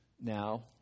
now